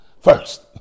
first